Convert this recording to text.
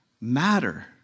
matter